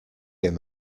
him